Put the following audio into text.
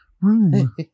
room